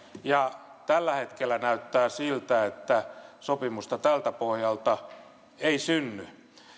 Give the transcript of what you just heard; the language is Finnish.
ja tällä hetkellä näyttää siltä että sopimusta tältä pohjalta ei synny